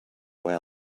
there